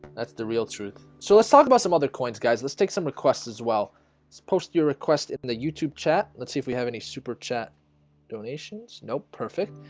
that's the real truth, so let's talk about some other coins guys. let's take some requests as well it's post your requests in the youtube chat. let's see if we have any super chat donations no perfect,